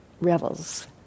Revels